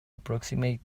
approximate